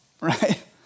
right